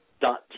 dot